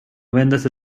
vendas